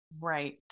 Right